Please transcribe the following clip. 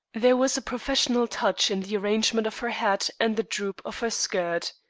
there was a professional touch in the arrangement of her hat and the droop of her skirt.